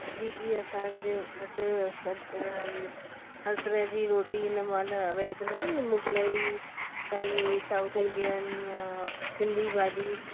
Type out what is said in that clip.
जी जी असांजे वटि सॼ हर तरह जी रोटी हिन महिल अवेलेबल आहे हीअ मुगलई चाइनीज साउथ इंडियन या सिंधी भाॼी